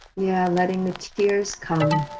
yeah, letting the tears come.